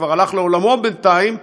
שהלך לעולמו בינתיים,